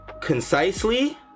concisely